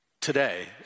today